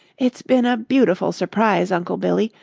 it's been a beautiful surprise, uncle billy,